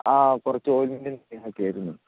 അ കുറച്ചു ഓയിൻമെൻറ്റ് ഒക്കെ ആയിരുന്നു